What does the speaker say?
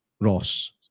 Ross